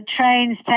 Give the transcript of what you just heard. trains